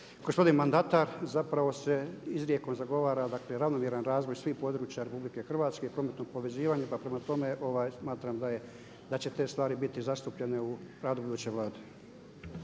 gospodin mandatar zapravo se izrijekom zagovara, dakle ravnomjeran razvoj svih područja RH i prometnog povezivanja. Pa prema tome, smatram da će te stvari biti zastupljene u radu buduće Vlade.